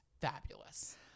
fabulous